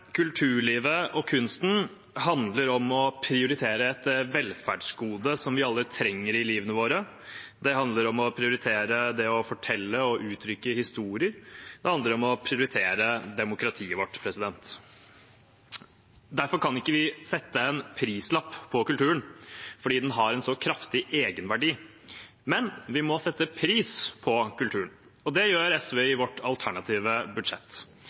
kulturlivet og kunsten handler om å prioritere et velferdsgode som vi alle trenger i livet vårt. Det handler om å prioritere det å fortelle og uttrykke historier, det handler om å prioritere demokratiet vårt. Derfor kan vi ikke sette en prislapp på kulturen – den har en så kraftig egenverdi – men vi må sette pris på kulturen, og det gjør SV i sitt alternative budsjett.